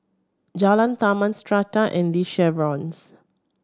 Jalan Taman Strata and The Chevrons